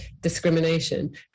discrimination